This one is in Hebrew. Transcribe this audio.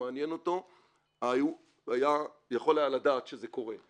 מעניין אותו יכול היה לדעת שזה קורה.